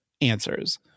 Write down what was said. answers